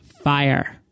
fire